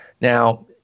Now